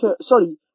Sorry